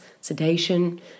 sedation